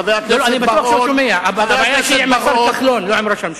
חבר הכנסת טיבי, כשראש הממשלה